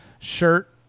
shirt